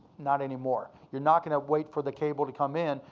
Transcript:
not anymore. you're not gonna wait for the cable to come in.